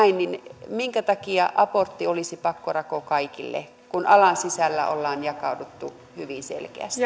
niin minkä takia abortti olisi pakkorako kaikille kun alan sisällä ollaan jakauduttu hyvin selkeästi